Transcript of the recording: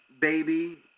baby